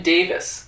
Davis